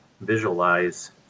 visualize